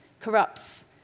corrupts